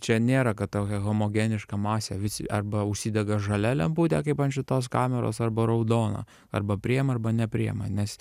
čia nėra kad tokia homogeniška masė visi arba užsidega žalia lemputė kaip ant šitos kameros arba raudona arba priima arba nepriima nes